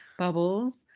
bubbles